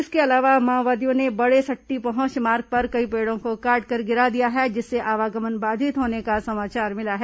इसके अलावा माओवादियों ने बड़ेसट्टी पहुंच मार्ग पर कई पेड़ो को काटकर गिरा दिया है जिससे आवागमन बाधित होने का समाचार मिला है